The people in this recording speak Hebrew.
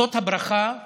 זאת הברכה שלנו,